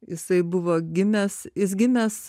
jisai buvo gimęs jis gimęs